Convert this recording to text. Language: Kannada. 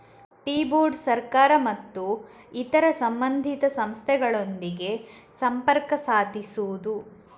ಟೀ ಬೋರ್ಡ್ ಸರ್ಕಾರ ಮತ್ತು ಇತರ ಸಂಬಂಧಿತ ಸಂಸ್ಥೆಗಳೊಂದಿಗೆ ಸಂಪರ್ಕ ಸಾಧಿಸುವುದು